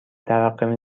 ترقه